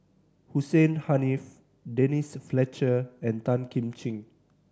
Hussein Haniff Denise Fletcher and Tan Kim Ching